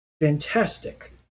Fantastic